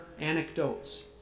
anecdotes